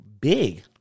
big